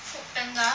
Foodpanda